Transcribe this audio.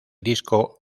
disco